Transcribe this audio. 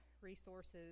resources